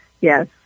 Yes